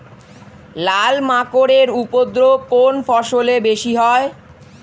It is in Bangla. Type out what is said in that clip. লাল মাকড় এর উপদ্রব কোন ফসলে বেশি হয়?